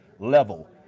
level